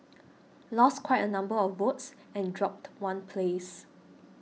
lost quite a number of votes and dropped one place